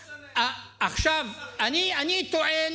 עכשיו, אני טוען